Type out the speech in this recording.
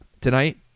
tonight